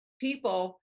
people